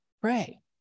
pray